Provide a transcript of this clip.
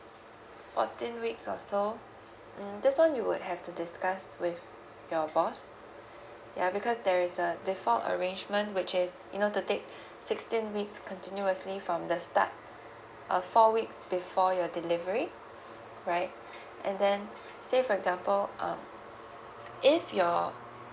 fourteen weeks or so mm this one you would have to discuss with your boss ya because there is the default arrangement which is you know to take sixteen weeks continuously from the start or four weeks before your delivery right and then say for example uh if your